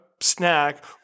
Snack